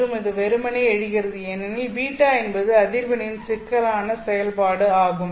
மற்றும் அது வெறுமனே எழுகிறது ஏனெனில் β என்பது அதிர்வெண்ணின் சிக்கலான செயல்பாடு ஆகும்